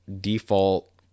default